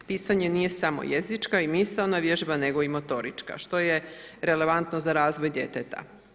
Pisanje nije samo jezička i misaona vježba, nego i motorička što je relevantno za razvoj djeteta.